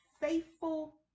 faithful